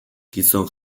gizon